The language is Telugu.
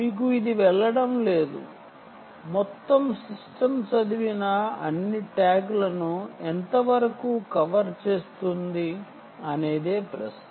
మీకు ఇది వెళ్ళడం లేదు మొత్తం సిస్టమ్ అన్ని ట్యాగ్లను ఎంతవరకు చదవగలదు అనేది ప్రశ్న